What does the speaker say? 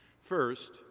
First